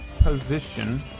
position